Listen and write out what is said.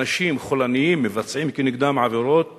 אנשים חולניים מבצעים